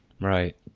Right